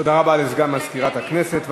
תודה רבה לסגן מזכירת הכנסת.